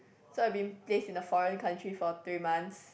so I have been placed in a foreign country for three months